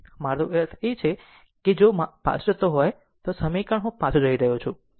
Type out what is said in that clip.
મારો અર્થ એ છે કે જો પાછો જતો હોય તો આ સમીકરણ હું પાછો જઈ રહ્યો છું